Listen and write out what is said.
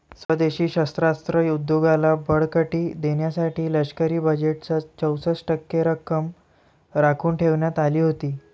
स्वदेशी शस्त्रास्त्र उद्योगाला बळकटी देण्यासाठी लष्करी बजेटच्या चौसष्ट टक्के रक्कम राखून ठेवण्यात आली होती